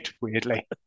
weirdly